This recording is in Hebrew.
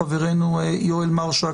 חברנו יואל מרשק,